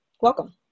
welcome